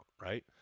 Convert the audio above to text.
right